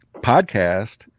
podcast